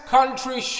Country